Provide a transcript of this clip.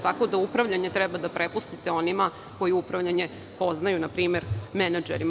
Tako da upravljanje treba da prepustite onima koji upravljanje poznaju, na primer, menadžerima.